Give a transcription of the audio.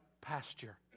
pasture